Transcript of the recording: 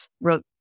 wrote